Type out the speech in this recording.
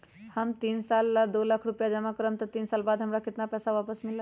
हम तीन साल ला दो लाख रूपैया जमा करम त तीन साल बाद हमरा केतना पैसा वापस मिलत?